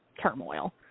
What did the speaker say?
turmoil